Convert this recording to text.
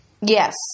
Yes